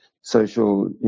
social